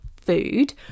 food